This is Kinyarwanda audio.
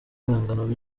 ibihangano